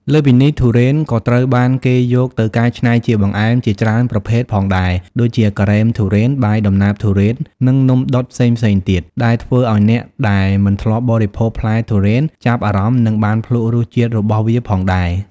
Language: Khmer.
លើសពីនេះ ទុរេនក៏ត្រូវបានគេយកទៅកែច្នៃជាបង្អែមជាច្រើនប្រភេទផងដែរ ដូចជា ការ៉េមទុរេន បាយដំណើបទុរេននិងនំដុតផ្សេងៗទៀត ដែលធ្វើឲ្យអ្នកដែលមិនធ្លាប់បរិភោគផ្លែទុរេនចាប់អារម្មណ៍និងបានភ្លក់រសជាតិរបស់វាផងដែរ។